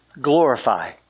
glorify